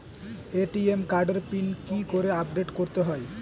ATM কার্ডের pin কি করে আপডেট করতে হয়?